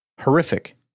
Horrific